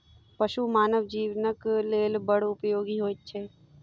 पशु मानव जीवनक लेल बड़ उपयोगी होइत छै